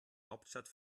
hauptstadt